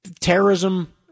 terrorism